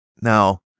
Now